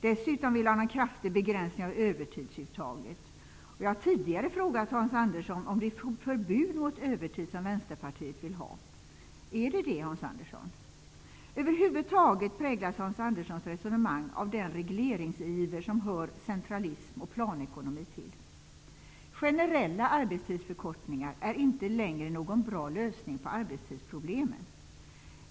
Dessutom vill han ha en kraftig begränsning av övertidsuttaget. Jag har tidigare frågat Hans Andersson om Vänsterpartiet vill ha förbud mot övertid. Är det så? Hans Anderssons resonemang präglas över huvud taget av den regleringsiver som hör centralism och planekonomi till. Generella arbetstidsförkortningar är inte längre någon bra lösning på arbetstidsproblemen.